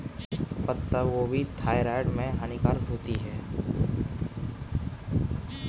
पत्ता गोभी थायराइड में हानिकारक होती है